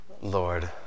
Lord